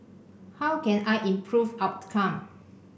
how can I improve outcome